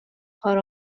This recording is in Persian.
کار